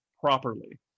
properly